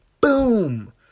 Boom